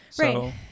Right